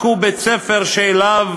רק הוא בית-ספר שאליו